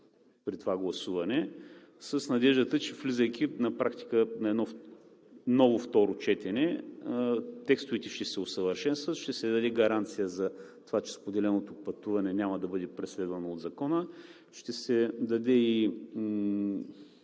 при това гласуване с надеждата, че влизайки на практика на едно ново второ четене, текстовете ще се усъвършенстват, ще се даде гаранция за това, че споделеното пътуване няма да бъде преследвано от Закона, ще се даде и